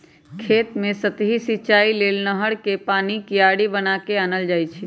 खेत कें सतहि सिचाइ लेल नहर कें पानी क्यारि बना क आनल जाइ छइ